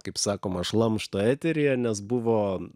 kaip sakoma šlamšto eteryje nes buvo